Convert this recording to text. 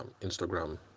Instagram